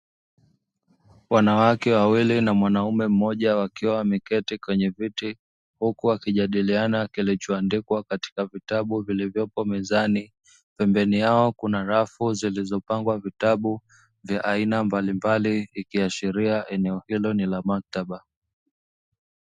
Wanawake wawili na mwanaume mmoja wakiwa wameketi kwenye viti, huku wakijadiliana kilichoandikwa katika vitabu vilivyopo mezani; pembeni yao kuna rafu zilizopangwa vitabu vya aina mbalimbali ikiashiria eneo hilo ni la maktaba.